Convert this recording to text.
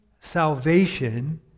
salvation